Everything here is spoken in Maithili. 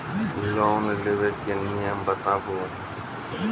लोन लेबे के नियम बताबू?